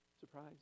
Surprise